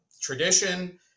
tradition